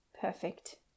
perfect